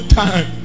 time